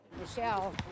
Michelle